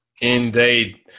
Indeed